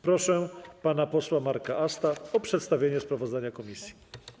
Proszę pana posła Marka Asta o przedstawienie sprawozdania komisji.